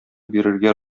бирергә